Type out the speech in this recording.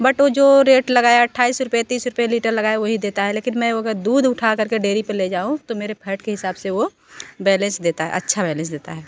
but वो जो rate लगाया अट्ठाईस रुपए तीस रुपए लीटर लगाया वही देता है लेकिन मैं अगर दूध उठाकर के डेरी पर ले जाऊँ तो मेरे फैएट के हिसाब से वो बैलेस देता है अच्छा बैलेंस देता है